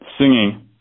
singing